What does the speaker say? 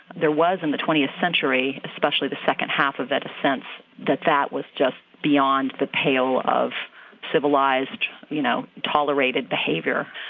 there was, in the twentieth century, especially the second half of it, a sense that that was just beyond the pale of civilized, you know, tolerated behavior.